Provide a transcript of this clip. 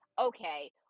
Okay